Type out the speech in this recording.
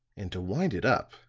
and to wind it up,